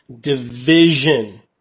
division